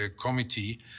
Committee